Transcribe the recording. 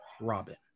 Robin